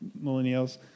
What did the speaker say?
millennials